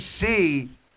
see